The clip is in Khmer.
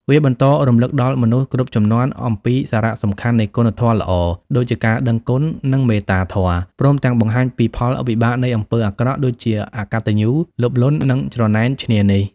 វាបន្តរំឭកដល់មនុស្សគ្រប់ជំនាន់អំពីសារៈសំខាន់នៃគុណធម៌ល្អ ដូចជាការដឹងគុណ និងមេត្តាធម៌ ព្រមទាំងបង្ហាញពីផលវិបាកនៃអំពើអាក្រក់ ដូចជាអកតញ្ញូ លោភលន់ និងច្រណែនឈ្នានីស។